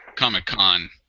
comic-con